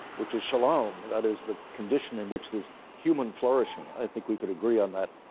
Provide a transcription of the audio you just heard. which is shalom. that is the condition in which there's human flourishing. i think we can agree on that.